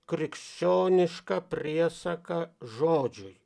krikščionišką priesaką žodžiui